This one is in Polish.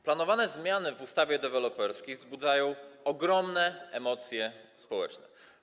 Planowane zmiany w ustawie deweloperskiej wzbudzają ogromne emocje społeczne.